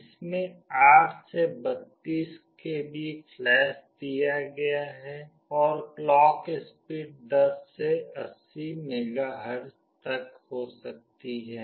इसमें 8 से 32 KB flash दिया गया है और क्लॉक स्पीड 10 से 80 मेगाहर्ट्ज तक हो सकती है